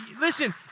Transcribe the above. listen